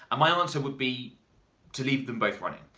ah my answer would be to leave them both running.